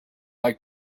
like